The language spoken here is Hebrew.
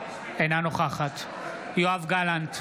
אינה נוכחת יואב גלנט,